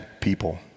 people